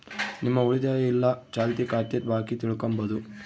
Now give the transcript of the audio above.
ನಿಮ್ಮ ಉಳಿತಾಯ ಇಲ್ಲ ಚಾಲ್ತಿ ಖಾತೆ ಬಾಕಿ ತಿಳ್ಕಂಬದು